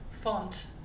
Font